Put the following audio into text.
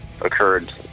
occurred